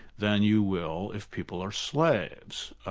than you will if people are slaves.